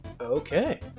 okay